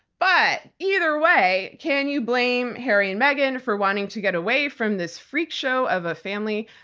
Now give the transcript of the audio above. but, either way, can you blame harry and meghan for wanting to get away from this freak show of a family?